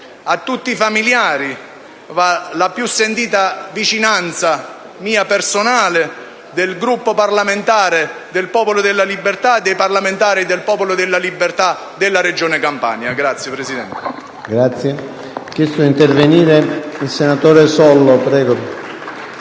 A tutti i familiari va la piu sentita vicinanza, mia personale, di tutto il Gruppo parlamentare del Popolo della Libertae dei parlamentari del Popolo della Liberta della regione Campania. (Applausi